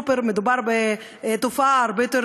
מדובר בתופעה הרבה יותר